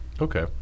okay